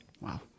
Wow